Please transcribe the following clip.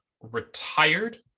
retired